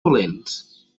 dolents